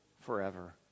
forever